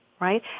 Right